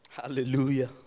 Hallelujah